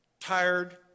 tired